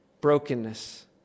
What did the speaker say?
brokenness